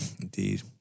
Indeed